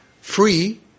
free